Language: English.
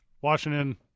Washington